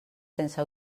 sense